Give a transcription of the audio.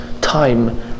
time